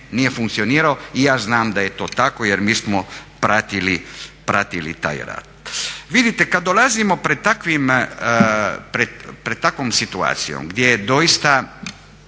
nije funkcionirao i ja znam da je to tako jer mi smo pratili taj rad. Vidite, kad dolazimo pred takve situacije gdje je doista